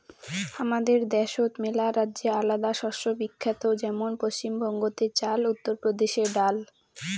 হামাদের দ্যাশোত মেলারাজ্যে আলাদা শস্য বিখ্যাত যেমন পশ্চিম বঙ্গতে চাল, উত্তর প্রদেশে ডাল